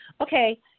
okay